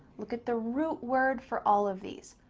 look at the root word for all of these.